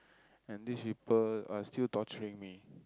and these people are still torturing me